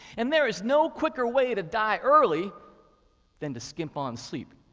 and there is no quicker way to die early than to skimp on sleep,